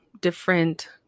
different